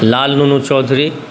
Lal Nunu Chaudhary